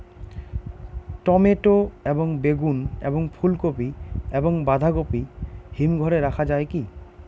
Tomato এবং বেগুন এবং ফুলকপি এবং বাঁধাকপি হিমঘরে রাখা যায় কি?